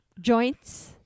Joints